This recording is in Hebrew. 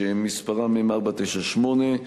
שמספרן הוא 498,